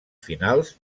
finals